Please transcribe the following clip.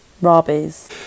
rabies